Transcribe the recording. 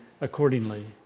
accordingly